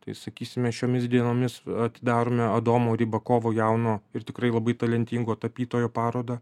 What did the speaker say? tai sakysime šiomis dienomis atidarome adomo rybakovo jauno ir tikrai labai talentingo tapytojo parodą